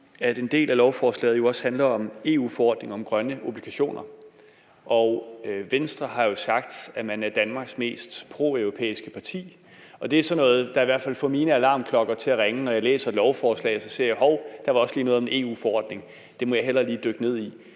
en del af lovforslaget jo også handler om en EU-forordning om grønne obligationer. Venstre har jo sagt, at man er Danmarks mest proeuropæiske parti, og det er sådan noget, der i hvert fald får mine alarmklokker til at ringe, når jeg læser lovforslaget, altså at jeg ser: Hov, der var også lige noget om en EU-forordning, det må jeg hellere lige dykke ned i.